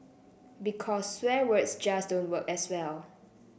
because swear words just don't work as well